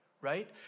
right